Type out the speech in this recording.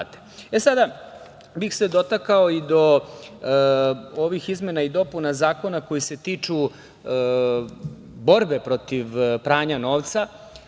bih se dotakao i ovih izmena i dopunu zakona koje se tiču borbe protiv pranja novca